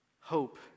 hope